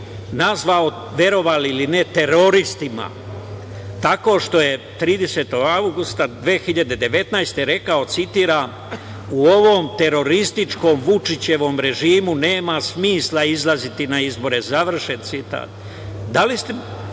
nazvao, verovali ili ne, teroristima, tako što je 30. avgusta 2019. godine rekao, citiram: „U ovom terorističkom Vučićevom režimu nema smisla izlaziti na izbore“, završen citat. Da li ste,